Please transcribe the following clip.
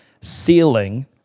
ceiling